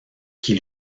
qui